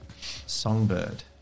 Songbird